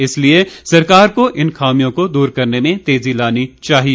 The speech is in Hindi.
इसलिए सरकार को इन खामियों को दूर करने में तेजी लानी चाहिए